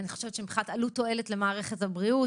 אני חושבת שמבחינת עלות-תועלת למערכת הבריאות,